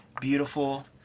beautiful